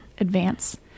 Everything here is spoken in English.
advance